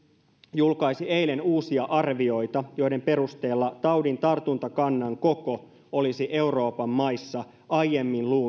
julkaisi eilen uusia arvioita joiden perusteella taudin tartuntakannan koko olisi euroopan maissa aiemmin